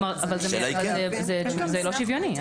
זה לא שוויוני.